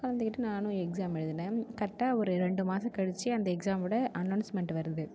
கலந்துகிட்டு நானும் எக்ஸாம் எழுதுனேன் கரெக்ட்டாக ஒரு ரெண்டு மாதம் கழிச்சு அந்த எக்ஸாமோட அனௌன்ஸ்மெண்ட்டு வருது